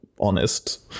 honest